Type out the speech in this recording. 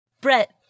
Brett